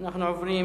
אנחנו עוברים